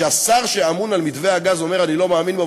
כשהשר שאמון על מתווה הגז אומר: אני לא מאמין בו,